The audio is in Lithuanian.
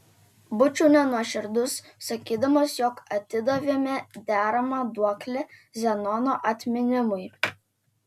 būčiau nenuoširdus sakydamas jog atidavėme deramą duoklę zenono atminimui